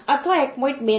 5 અથવા 1